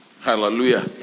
Hallelujah